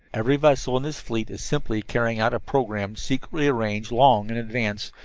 every vessel in this fleet is simply carrying out a program secretly arranged long in advance,